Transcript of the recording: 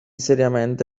seriamente